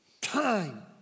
time